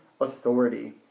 authority